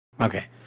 Okay